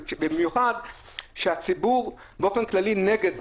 במיוחד שהציבור באופן כללי נגד זה,